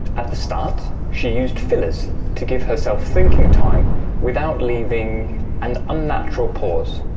at the start, she used fillers to give herself thinking time without leaving an unnatural pause.